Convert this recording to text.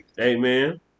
Amen